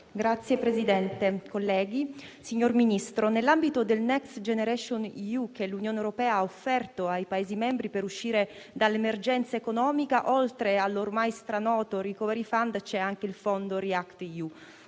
Signor Presidente, colleghi, signor Ministro, nell'ambito del Next generation EU, che l'Unione Europea ha offerto ai Paesi membri per uscire dall'emergenza economica, oltre all'ormai stranoto *recovery fund*, c'è anche il fondo React-EU;